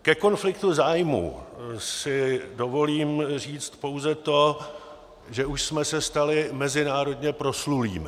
Ke konfliktu zájmů si dovolím říci pouze to, že už jsme se stali mezinárodně proslulými.